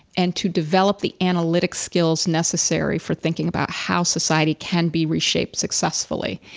and to develop the analytic skills necessary for thinking about how society can be reshaped successfully.